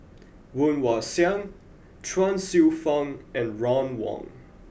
Woon Wah Siang Chuang Hsueh Fang and Ron Wong